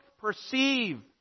perceive